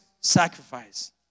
sacrifice